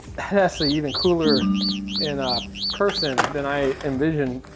that's ah even cooler in ah person than i envisioned.